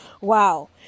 Wow